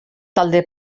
talde